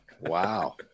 Wow